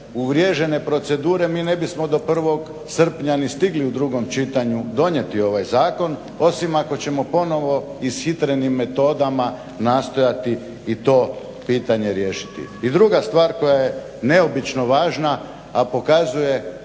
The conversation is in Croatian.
uvriježene procedure mi ne bismo do 1. srpnja ni stigli u drugom čitanju donijeti ovaj zakon, osim ako ćemo ponovo ishitrenim metodama nastojati i to pitanje riješiti. I druga stvar koja je neobično važna, a pokazuje